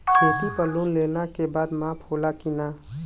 खेती पर लोन लेला के बाद माफ़ होला की ना?